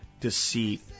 deceit